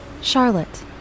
Charlotte